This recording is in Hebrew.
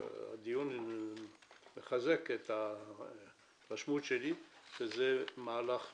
והדיון מחזק את ההתרשמות שלי שזה מהלך נכון.